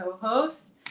co-host